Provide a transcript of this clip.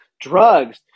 drugs